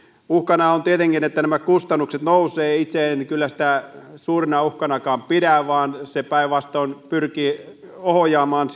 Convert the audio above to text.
uhkana on tietenkin että kustannukset nousevat itse en kyllä sitä suurenakaan uhkana pidä vaan se päinvastoin pyrkii ohjaamaan